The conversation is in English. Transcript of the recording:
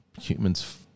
humans